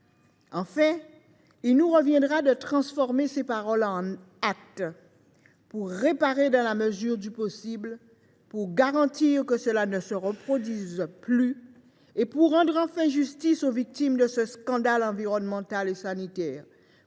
Enfin, il nous reviendra de transformer ces paroles en actes : pour réparer, dans la mesure du possible, pour garantir que cela ne se reproduira plus et pour rendre enfin justice aux victimes de ce scandale environnemental et sanitaire.